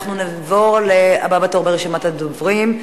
אנחנו נעבור לבא בתור ברשימת הדוברים,